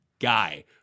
guy